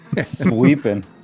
Sweeping